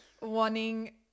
wanting